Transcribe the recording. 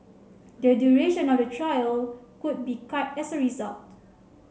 the duration of the trial could be cut as a result